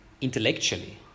intellectually